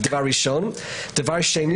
דבר שני